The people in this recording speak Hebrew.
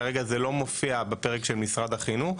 כרגע זה לא מופיע בפרק של משרד החינוך,